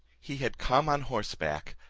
he had come on horseback,